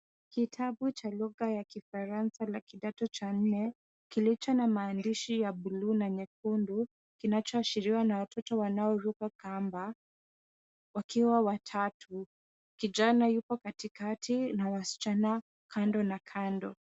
Kitabu cha lugha ya kifaransa la kidato cha nne kilicho na maandishi ya bluu na nyekundu kinachoashiriwa na watoto wanaoruka kamba wakiwa watatu, kijana yupo katikati na wasichana kando na kando.